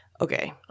Okay